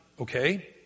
Okay